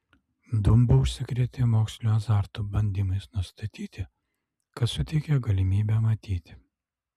dumba užsikrėtė moksliniu azartu bandymais nustatyti kas suteikė galimybę matyti